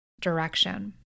direction